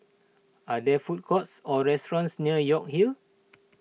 are there food courts or restaurants near York Hill